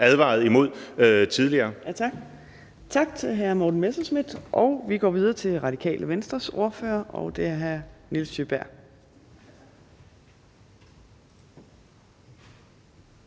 næstformand (Trine Torp): Tak til hr. Morten Messerschmidt. Vi går videre til Radikale Venstres ordfører, og det er hr. Nils Sjøberg.